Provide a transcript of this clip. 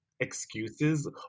excuses